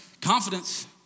confidence